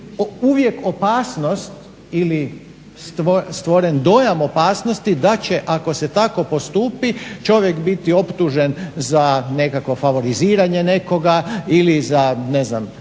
uvijek opasnost ili stvoren dojam opasnosti da će ako se tako postupi čovjek biti optužen za nekakvo favoriziranje nekoga ili za ne znam